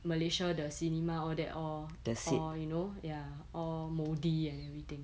malaysia the cinema all that all all you know ya all moldy and everything